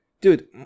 Dude